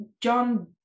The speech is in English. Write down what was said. John